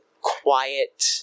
quiet